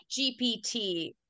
GPT